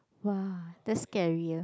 !wah! that's scarier